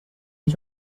let